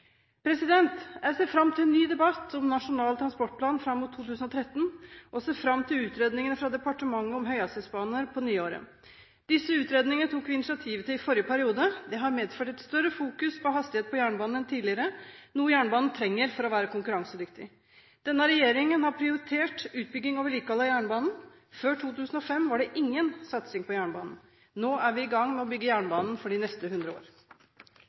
Jeg ser fram til en ny debatt om Nasjonal transportplan fram mot 2013, og jeg ser fram til utredningene fra departementet på nyåret om høyhastighetsbaner. Disse utredningene tok vi initiativ til i forrige periode. Det har medført et større fokus på hastighet på jernbanen enn tidligere, noe jernbanen trenger for å være konkurransedyktig. Denne regjeringen har prioritert utbygging og vedlikehold av jernbanen. Før 2005 var det ingen satsing på jernbanen. Nå er vi i gang med å bygge jernbanen for de neste 100 år.